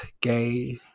gay